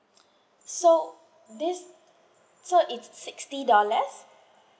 so this so it's sixty dollars